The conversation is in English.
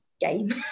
game